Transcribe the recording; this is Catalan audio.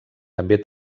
també